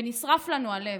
ונשרף לנו הלב,